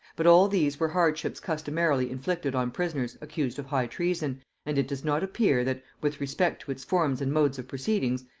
but all these were hardships customarily inflicted on prisoners accused of high treason and it does not appear that, with respect to its forms and modes of proceedings,